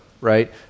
right